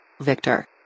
Victor